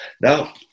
Now